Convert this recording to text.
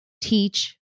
teach